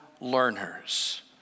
learners